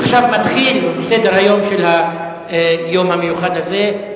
עכשיו מתחיל סדר-היום של היום המיוחד הזה,